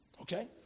Okay